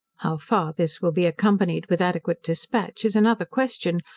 how far this will be accompanied with adequate dispatch, is another question,